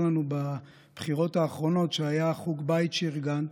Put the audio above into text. לנו בבחירות האחרונות שהיה חוג בית שארגנת,